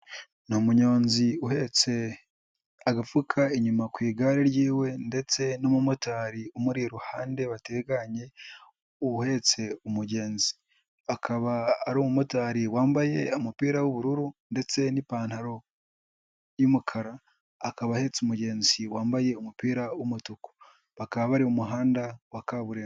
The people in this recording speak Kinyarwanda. Ni umunyonzi uhetse agafuka inyuma ku igare ry'iwe ndetse n'umumotari umuri iruhande bateganye uhetse umugenzi. Akaba ari umumotari wambaye umupira w'ubururu ndetse n'ipantaro y'umukara, akaba ahetse umugenzi wambaye umupira w'umutuku. Bakaba bari mu muhanda wa kaburimbo.